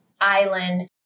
island